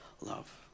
love